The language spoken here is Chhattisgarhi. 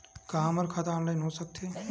का हमर खाता ऑनलाइन हो सकथे?